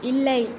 இல்லை